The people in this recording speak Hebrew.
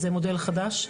זה מודל חדש.